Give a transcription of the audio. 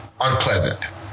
Unpleasant